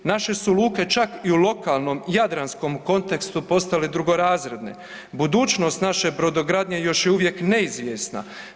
Naše su luke čak i u lokalnom jadranskom kontekstu postale drugorazredan, budućnost naše brodogradnje još je uvijek neizvjesna.